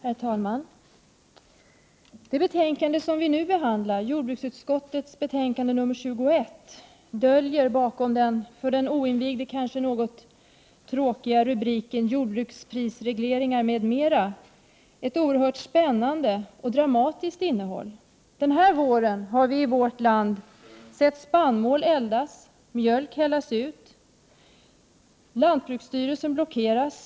Herr talman! När det gäller det betänkande från jordbruksutskottet som vi nu behandlar — 1988/89:JoU21 — döljer sig bakom den för den oinvigde kanske något tråkiga rubriken ”Jordbruksprisreglering m.m.” ett oerhört spännande och dramatiskt innehåll. Den här våren har vi i vårt land fått uppleva att spannmål eldats och att mjölk hällts ut. Vidare har lantbruksstyrelsen blockerats.